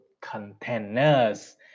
containers